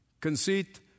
Conceit